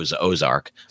Ozark